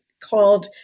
called